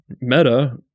meta